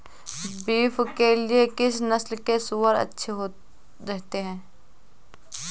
Beef के लिए किस नस्ल के सूअर अच्छे रहते हैं?